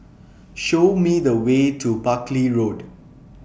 Show Me The Way to Buckley Road